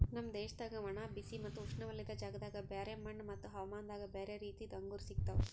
ನಮ್ ದೇಶದಾಗ್ ಒಣ, ಬಿಸಿ ಮತ್ತ ಉಷ್ಣವಲಯದ ಜಾಗದಾಗ್ ಬ್ಯಾರೆ ಮಣ್ಣ ಮತ್ತ ಹವಾಮಾನದಾಗ್ ಬ್ಯಾರೆ ರೀತಿದು ಅಂಗೂರ್ ಸಿಗ್ತವ್